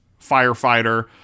firefighter